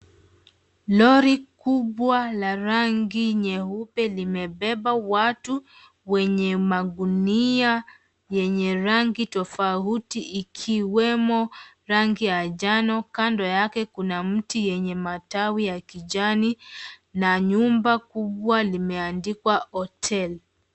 Lori kubwa la rangi nyeupe limebeba watu wenye magunia yenye rangi tofauti, ikiwemo, rangi ya njano. Kando yake kuna mti yenye matawi ya kijani, na nyumba kubwa limeandikwa hotel .